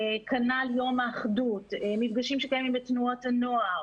כנ"ל יום האחדות, מפגשים שקיימים בתנועות הנוער,